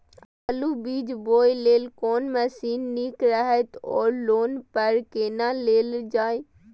आलु बीज बोय लेल कोन मशीन निक रहैत ओर लोन पर केना लेल जाय?